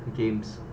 games